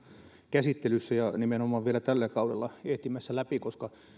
käsittelyssä ja nimenomaan vielä tällä kaudella ehtimässä läpi koska